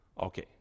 Okay